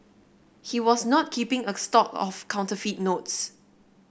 he was not keeping a stock of counterfeit notes